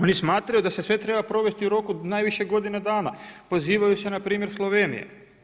Oni smatraju da se sve treba provesti u roku najviše godine dana, pozivaju se na primjer Slovenije.